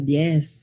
yes